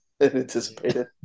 anticipated